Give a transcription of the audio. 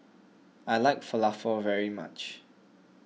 I like Falafel very much